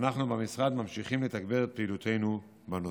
אנחנו במשרד ממשיכים לתגבר את פעילותנו בנושא.